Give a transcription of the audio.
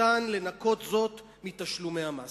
ניתן לנכות זאת מתשלומי המס.